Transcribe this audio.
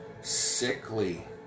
sickly